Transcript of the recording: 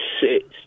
six